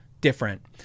different